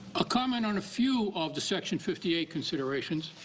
a comment on a few of the section fifty eight considerations,